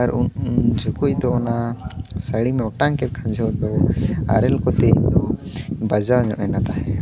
ᱟᱨ ᱩᱱ ᱡᱚᱠᱷᱚᱡ ᱫᱚ ᱚᱱᱟ ᱥᱟᱹᱲᱤᱢ ᱮ ᱚᱴᱟᱝ ᱠᱮᱫ ᱡᱚᱠᱷᱚᱱ ᱫᱚ ᱟᱨᱮᱞ ᱠᱚᱛᱮ ᱤᱧᱫᱚ ᱵᱟᱡᱟᱣ ᱧᱚᱜ ᱱᱟ ᱛᱟᱦᱮᱸᱫ